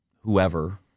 whoever